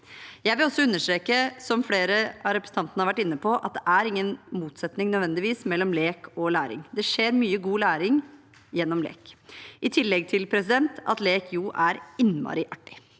Jeg vil også understreke, som flere av representantene har vært inne på, at det er ingen motsetning nødvendigvis mellom lek og læring. Det skjer mye god læring gjennom lek, i tillegg til at lek jo er innmari artig.